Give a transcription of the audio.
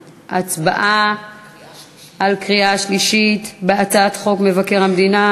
הצבעה בקריאה שלישית על הצעת חוק מבקר המדינה